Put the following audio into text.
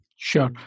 Sure